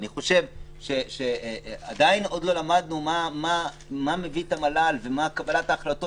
אני חושב שעדיין לא למדנו מה מביא את המל"ל ומה קבלת ההחלטות